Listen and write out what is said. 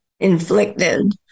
inflicted